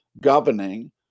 governing